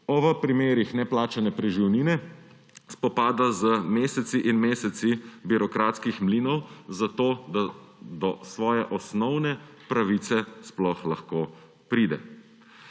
ob primerih neplačane preživnine spopada z meseci in meseci birokratskih mlinov, da do svoje osnovne pravice sploh lahko pride.